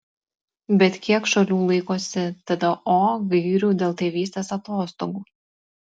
bet kiek šalių laikosi tdo gairių dėl tėvystės atostogų